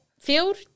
field